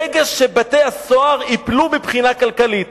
ברגע שבתי-הסוהר ייפלו מבחינה כלכלית,